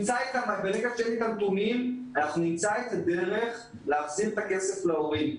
כשיהיו לנו הנתונים אנחנו נמצא את הדרך להחזיר את הכסף להורים.